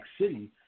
city